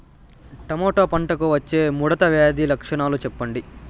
Tomato పంటకు వచ్చే ముడత వ్యాధి లక్షణాలు చెప్పండి?